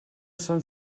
són